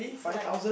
like